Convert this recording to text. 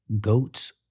Goats